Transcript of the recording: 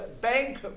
bank